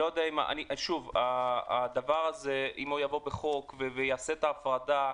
שוב, הדבר הזה, אם הוא יעבור בחוק ויעשה את הפרדה,